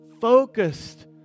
Focused